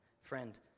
Friend